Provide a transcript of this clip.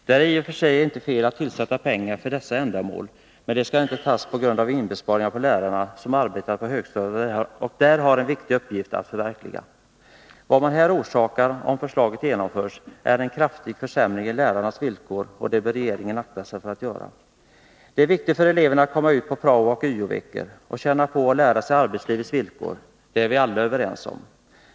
Det är i och för sig inte fel att sätta till pengar för dessa ändamål, men de skall inte tas fram genom inbesparingar på de lärare som arbetar på högstadiet och som där har en viktig uppgift att fullgöra. Vad man orsakar om förslaget genomförs är en kraftig försämring i lärarnas villkor, och det bör regeringen akta sig för att göra. Det är viktigt för eleverna att gå ut på praooch yo-veckor och att känna på och lära sig arbetslivets villkor. Det är vi alla överens om.